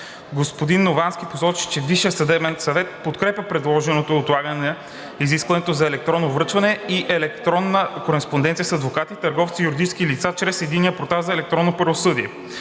Господин Новански посочи, че Висшият съдебен съвет подкрепя предложеното отлагане на изискването за електронно връчване и електронна кореспонденция с адвокати, търговци и юридически лица чрез Единния портал за електронно правосъдие.